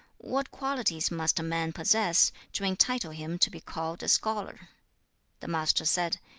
what qualities must a man possess to entitle him to be called a scholar the master said,